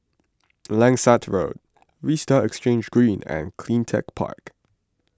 Langsat Road Vista Exhange Green and CleanTech Park